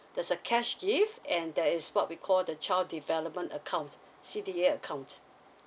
there's a cash gift and there is what we call the child development accounts C_D_A account